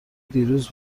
دیروز